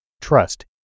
trust